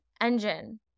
engine